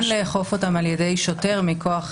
ניתן לאכוף אותן על-ידי שוטר מכוח